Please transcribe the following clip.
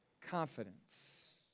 confidence